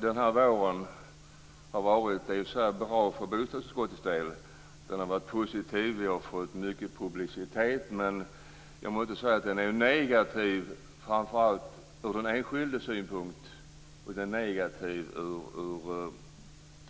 Denna vår har i och för sig varit bra för bostadsutskottets del. Den har varit positiv. Vi har fått mycket publicitet, men jag måste säga att det är negativt framför allt ur den enskildes synpunkt. Det är